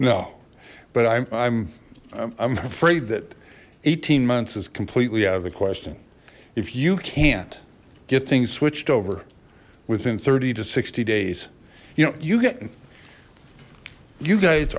but i'm i'm afraid that eighteen months is completely out of the question if you can't get things switched over within thirty to sixty days you know you get you guys